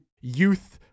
youth